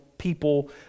people